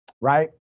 right